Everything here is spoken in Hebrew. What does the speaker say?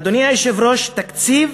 אדוני היושב-ראש, תקציב,